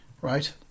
Right